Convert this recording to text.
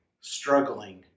struggling